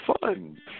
fun